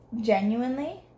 Genuinely